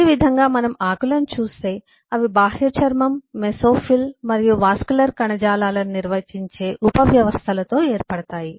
అదేవిధంగా మనం ఆకులను చూస్తే అవి బాహ్యచర్మం మెసోఫిల్ మరియు వాస్కులర్ కణజాలాలను నిర్వచించే ఉపవ్యవస్థలతో ఏర్పడతాయి